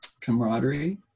camaraderie